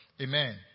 Amen